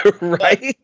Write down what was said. Right